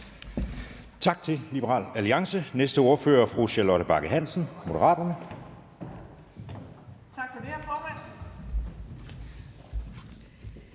Tak til Liberal Alliance. Næste ordfører er fru Charlotte Bagge Hansen, Moderaterne. Kl. 13:09 (Ordfører)